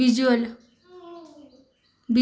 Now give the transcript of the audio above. visual